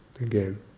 again